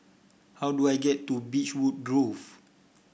how do I get to Beechwood Grove